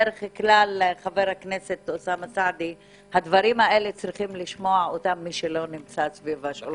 בדרך כלל הדברים האלה צריכים לשמוע אותם מי שלא נמצא סביב השולחן